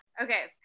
Okay